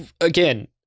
again